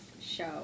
show